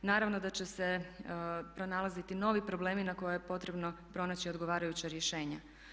Naravno da će se pronalaziti novi problemi na koje je potrebno pronaći odgovarajuća rješenja.